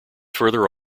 further